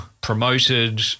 promoted